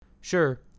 Sure